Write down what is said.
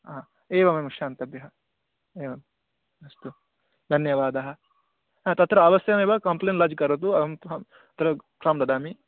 हा एवमेवं क्षन्तव्यः एवम् अस्तु धन्यवादः हा तत्र अवश्यमेव कम्प्लेण्ट् लार्ज् करोतु अहं तत्र फ़ार्म् ददामि